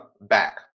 back